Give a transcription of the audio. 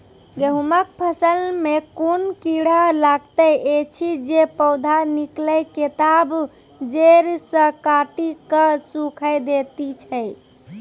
गेहूँमक फसल मे कून कीड़ा लागतै ऐछि जे पौधा निकलै केबाद जैर सऽ काटि कऽ सूखे दैति छै?